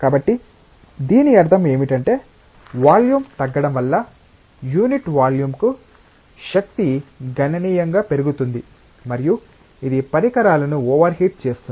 కాబట్టి దీని అర్థం ఏమిటంటే వాల్యూమ్ తగ్గడం వల్ల యూనిట్ వాల్యూమ్కు శక్తి గణనీయంగా పెరుగుతుంది మరియు ఇది పరికరాలను ఓవర్హీట్ చేస్తుంది